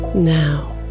Now